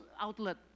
outlet